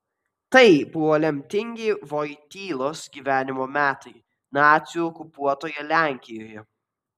tai buvo lemtingi vojtylos gyvenimo metai nacių okupuotoje lenkijoje